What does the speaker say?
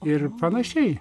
ir panašiai